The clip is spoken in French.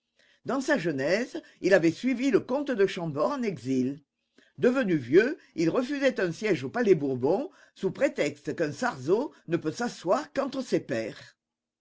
dans sa jeunesse il avait suivi le comte de chambord en exil devenu vieux il refusait un siège au palais bourbon sous prétexte qu'un sarzeau ne peut s'asseoir qu'entre ses pairs